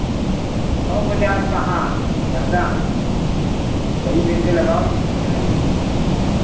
सौ पचास कहाँ ज़्यादा हैं सही पैसे लगाओ तो फिर चलेंगे